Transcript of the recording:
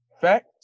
Fact